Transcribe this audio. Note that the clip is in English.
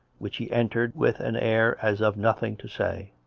which he entered with an air as of nothing to say.